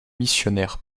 missionnaires